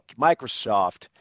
microsoft